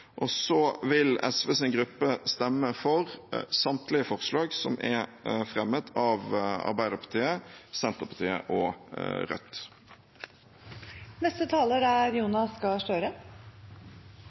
Og så vil SVs gruppe stemme for samtlige forslag som er fremmet av Arbeiderpartiet, Senterpartiet og